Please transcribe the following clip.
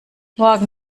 morgen